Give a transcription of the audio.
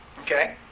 Okay